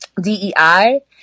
DEI